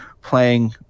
playing